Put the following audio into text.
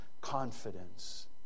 confidence